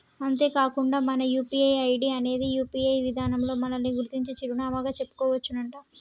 అంతేకాకుండా మన UPI ID అనేది యూ.పీ.ఐ విధానంలో మనల్ని గుర్తించే చిరునామాగా చెప్పుకోవచ్చునంట